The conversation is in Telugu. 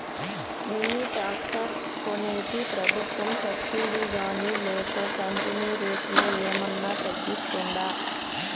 మిని టాక్టర్ కొనేకి ప్రభుత్వ సబ్సిడి గాని లేక కంపెని రేటులో ఏమన్నా తగ్గిస్తుందా?